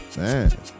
Man